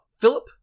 Philip